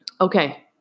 Okay